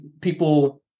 people